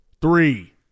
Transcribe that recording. Three